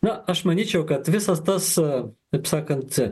na aš manyčiau kad visas tas su taip sakant